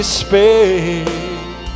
space